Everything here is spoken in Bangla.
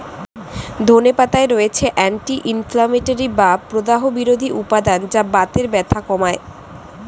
ধনে পাতায় রয়েছে অ্যান্টি ইনফ্লেমেটরি বা প্রদাহ বিরোধী উপাদান যা বাতের ব্যথা কমায়